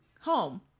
home